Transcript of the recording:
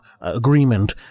agreement